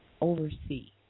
oversee